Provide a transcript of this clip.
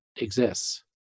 exists